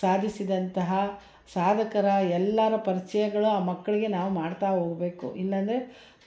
ಸಾಧಿಸಿದಂತಹ ಸಾಧಕರ ಎಲ್ಲರ ಪರಿಚಯಗಳು ಆ ಮಕ್ಕಳಿಗೆ ನಾವು ಮಾಡ್ತಾ ಹೋಗ್ಬೇಕು ಇಲ್ಲ ಅಂದ್ರೆ